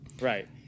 Right